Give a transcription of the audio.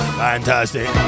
fantastic